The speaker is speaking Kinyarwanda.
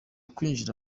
kwinjira